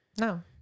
No